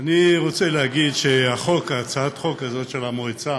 אני רוצה להגיד שהצעת החוק הזאת, של המועצה